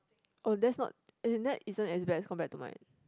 oh that's not as in that isn't as bad as compared to mine